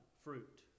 fruit